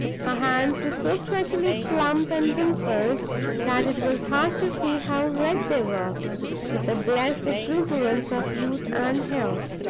her hands were so prettily plump and dimpled that it was hard to see how red they were with the blessed exuberance of youth and health.